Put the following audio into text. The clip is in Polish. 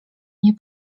nie